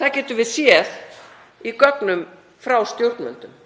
Það getum við séð í gögnum frá stjórnvöldum.